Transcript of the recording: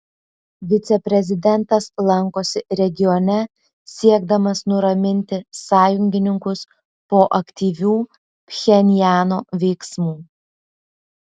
viceprezidentas lankosi regione siekdamas nuraminti sąjungininkus po aktyvių pchenjano veiksmų